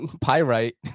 pyrite